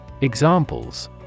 Examples